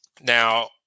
Now